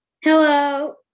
hello